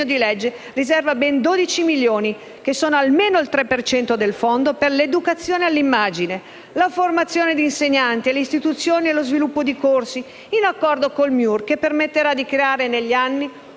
di legge riserva ben 12 milioni (almeno il 3 per cento del fondo) per l'educazione all'immagine, la formazione di insegnanti, l'istituzione e lo sviluppo di corsi, in accordo con il MIUR, che permetterà di creare negli anni